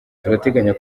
turateganya